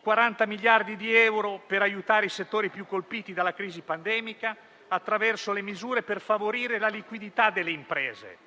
40 miliardi di euro per aiutare i settori più colpiti dalla crisi pandemica, attraverso le misure per favorire la liquidità delle imprese.